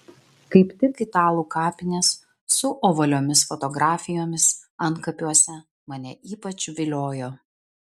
kaip tik italų kapinės su ovaliomis fotografijomis antkapiuose mane ypač viliojo